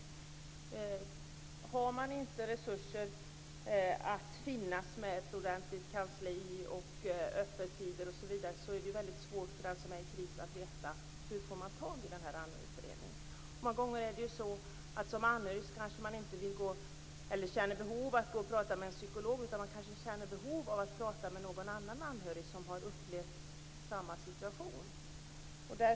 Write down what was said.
Finns det inte resurser för ett ordentligt kansli med öppettider osv. är det svårt för den som befinner sig i kris att veta hur man skall få tag på någon inom föreningen. En anhörig känner många gånger inte behov av att prata med en psykolog men känner behov av att få prata med någon annan anhörig som har upplevt samma situation.